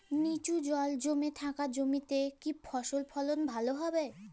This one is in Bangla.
নিচু জল জমে থাকা জমিতে কি ফসল ফলন ভালো হবে?